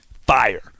fire